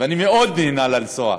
ואני מאוד מאוד נהנה לנסוע.